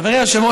חברי היושב-ראש,